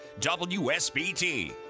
WSBT